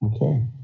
okay